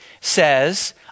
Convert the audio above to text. says